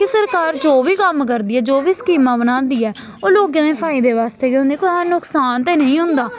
कि सरकार जो बी कम्म करदी ऐ जो बी स्कीमां बनांदी ऐ ओह् लोकें दे फायदे बास्तै गै होंदे कुसै दा नुकसान ते नेईं होंदा